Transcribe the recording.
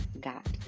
got